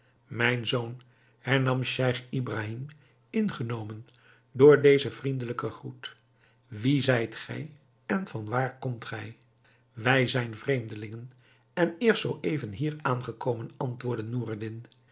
mijn zoon hernam scheich ibrahim ingenomen door dezen vriendelijken groet wie zijt gij en van waar komt gij wij zijn vreemdelingen en eerst zoo even hier aangekomen antwoordde noureddin